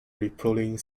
rippling